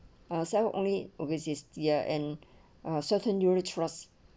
ah sell only overseas ya and a certain unit trust